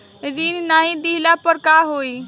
ऋण नही दहला पर का होइ?